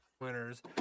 winners